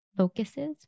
focuses